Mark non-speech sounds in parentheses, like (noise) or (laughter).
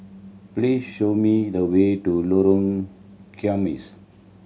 please show me the way to Lorong (unintelligible)